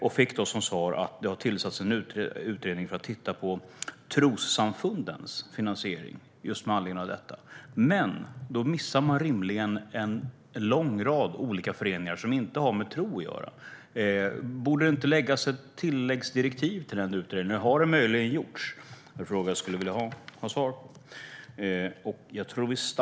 Jag fick då som svar att det har tillsatts en utredning för att titta på trossamfundens finansiering med anledning av detta. Men då missar man rimligen en lång rad olika föreningar som inte har med tro att göra. Borde det inte ges ett tilläggsdirektiv till den utredningen? Har det möjligen gjorts? Det är en fråga som jag skulle vilja ha svar på.